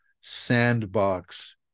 sandbox